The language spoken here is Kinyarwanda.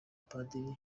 padiri